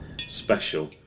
special